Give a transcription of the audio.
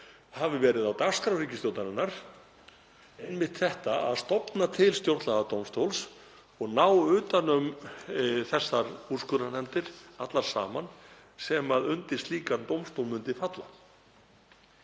hafi verið á dagskrá ríkisstjórnarinnar að stofna til stjórnlagadómstóls og ná utan um þessar úrskurðarnefndir allar saman sem undir slíkan dómstól myndu falla.